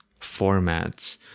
formats